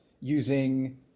using